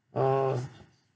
oh